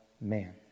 Man